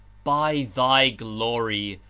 by thy glory,